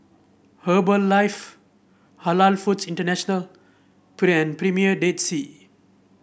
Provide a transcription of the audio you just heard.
Herbalife Halal Foods International and Premier Dead Sea